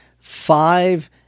five